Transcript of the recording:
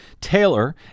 Taylor